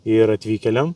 ir atvykėliam